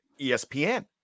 ESPN